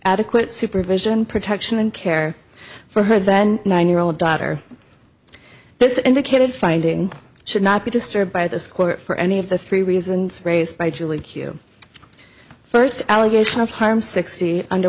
adequate supervision protection and care for her then nine year old daughter this indicated finding should not be disturbed by this court for any of the three reasons raised by julie q first allegation of harm sixty under